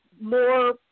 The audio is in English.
more